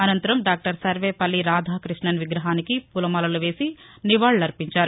అనంతరం డాక్టర్ సర్వేపల్లి రాధాకృష్ణన్ విగ్రహానికి పూలమాలలు వేసి నివాళులర్పించారు